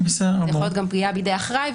יכולה להיות גם פגיעה בידי אחראי,